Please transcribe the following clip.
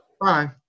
Bye